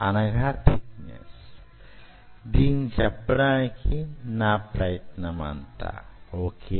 అది చెప్పడానికే నా ప్రయత్నమంతా ఒకే